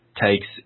takes